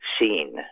seen